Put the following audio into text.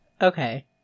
Okay